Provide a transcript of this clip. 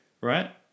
right